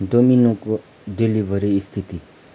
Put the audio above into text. डोमिनोको delivery स्थिति